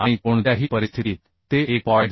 आणि कोणत्याही परिस्थितीत ते 1